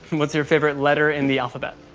what's your favorite letter in the alphabet.